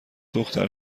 دختر